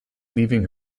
leaving